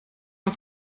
auf